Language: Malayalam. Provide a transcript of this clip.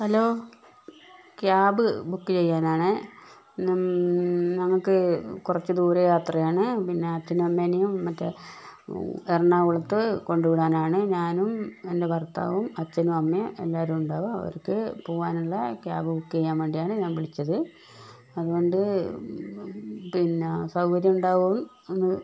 ഹലോ ക്യാമ്പ് ബുക്ക് ചെയ്യാനാണെ ഞങ്ങൾക്ക് കുറച്ച് ദൂരെ യാത്രയാണ് പിന്നെ അച്ഛനും അമ്മനെയും മറ്റേ എറണാകുളത്ത് കൊണ്ടുവിടാനാണ് ഞാനും എൻറെ ഭർത്താവും അച്ഛനും അമ്മയും എല്ലാവരും ഉണ്ടാവും അവർക്ക് പോകാനുള്ള ക്യാമ്പ് ബുക്ക് ചെയ്യാൻ വേണ്ടിയാണ് ഞാൻ വിളിച്ചത് അതുകൊണ്ട് പിന്നെ സൗകര്യം ഉണ്ടാകുവോ എന്ന്